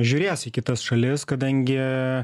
žiūrės į kitas šalis kadangi